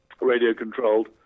radio-controlled